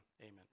Amen